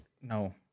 No